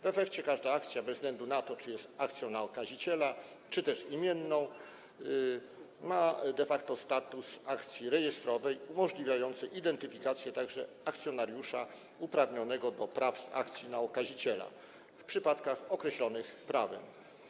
W efekcie każda akcja, bez względu na to, czy jest akcją na okaziciela, czy też imienną, ma de facto status akcji rejestrowej umożliwiającej także identyfikację akcjonariusza uprawnionego do akcji na okaziciela w przypadkach określonych prawem.